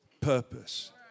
purpose